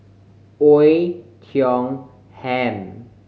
Oei Tiong Ham